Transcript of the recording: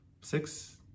six